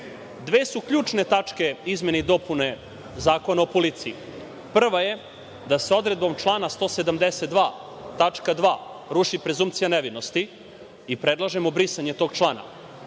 su ključne tačke izmene i dopune Zakona o policiji. Prva je, da se odredbom člana 172. tačka 2. ruši prezunkcija nevinosti i predlažemo brisanje tog člana.